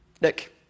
Look